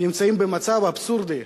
נמצאים במצב אבסורדי,